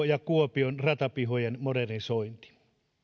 ja kuopion ratapihojen modernisointi